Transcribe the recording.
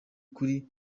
kuri